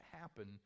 happen